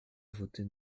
voter